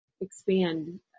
expand